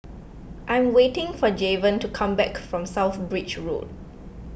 I'm waiting for Javen to come back from South Bridge Road